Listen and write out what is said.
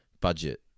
Budget